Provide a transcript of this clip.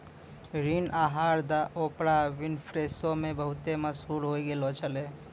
ऋण आहार the Oprah Winfrey show मे बहुते मशहूर होय गैलो छलै